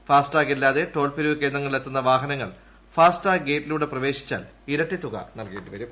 fast tag ഇല്ലാതെ ടോൾപിരിവ് കേന്ദ്രങ്ങളിലെത്തുന്ന വാഹനങ്ങൾ ഫാസ്റ്റ് ടാഗ് ഗേറ്റിലൂടെ പ്രവേശിച്ചാൽ ഇരട്ടി തുക നൽകേണ്ടി വരും